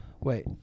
Wait